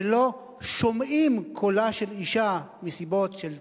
שלא שומעים קולה של אשה מסיבות של צניעות,